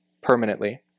permanently